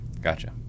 Gotcha